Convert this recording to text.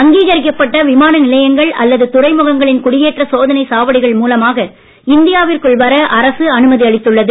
அங்கீகரிக்கப்பட்ட விமான நிலையங்கள் அல்லது துறைமுகங்களின் குடியேற்ற சோதனை சாவடிகள் மூலமாக இந்தியாவிற்குள் வர அரசு அனுமதி அளித்துள்ளது